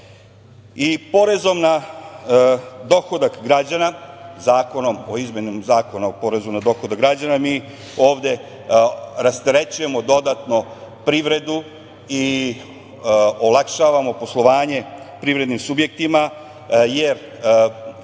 građani. Porezom na dohodak građana, Zakonom o izmenama Zakona o porezu na dohodak građana, mi ovde rasterećujemo dodatno privredu i olakšavamo poslovanje privrednim subjektima, jer